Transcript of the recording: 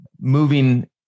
moving